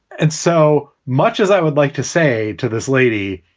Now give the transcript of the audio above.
and so much as i would like to say to this lady,